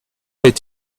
est